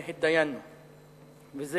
ובהצעה לסדר-היום בעניין עמנואל אני היוזם הראשון.